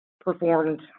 performed